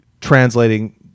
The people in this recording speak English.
translating